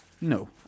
No